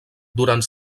durant